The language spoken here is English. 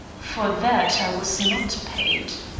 for that i was not paid.